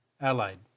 Allied